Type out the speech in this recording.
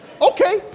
Okay